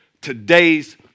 today's